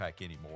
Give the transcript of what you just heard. anymore